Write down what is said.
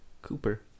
Cooper